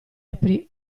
aprì